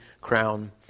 crown